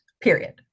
period